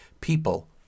people